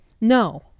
No